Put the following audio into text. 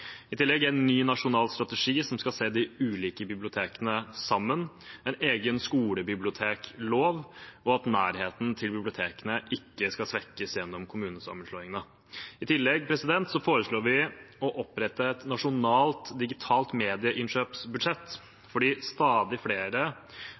i tillegg en ny nasjonal strategi som skal se de ulike bibliotekene sammen, en egen skolebiblioteklov, og at nærheten til bibliotekene ikke skal svekkes gjennom kommunesammenslåingene. I tillegg foreslår vi å opprette et nasjonalt digitalt medieinnkjøpsbudsjett.